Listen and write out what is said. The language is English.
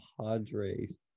padres